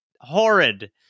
horrid